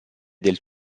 del